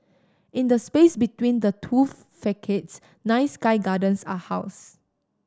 in the space between the two facades nine sky gardens are housed